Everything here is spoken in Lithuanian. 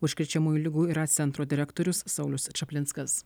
užkrečiamųjų ligų yra centro direktorius saulius čaplinskas